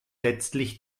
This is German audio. letztlich